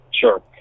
sure